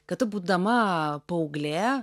kad tu būdama paauglė